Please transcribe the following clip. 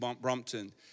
Brompton